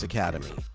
Academy